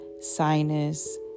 sinus